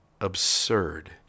absurd